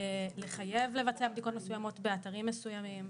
לחייב לבצע בדיקות מסוימות באתרים מסוימים.